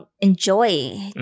enjoy